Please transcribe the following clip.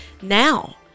now